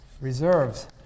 reserves